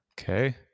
Okay